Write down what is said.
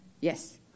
yes